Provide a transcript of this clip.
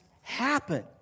happen